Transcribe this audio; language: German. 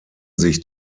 sich